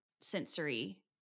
sensory